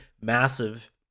massive